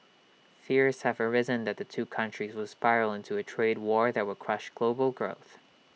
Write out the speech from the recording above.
fears have arisen that the two countries will spiral into A trade war that will crush global growth